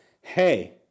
Hey